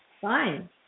Fine